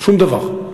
שום דבר?